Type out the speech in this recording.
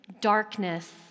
darkness